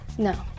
No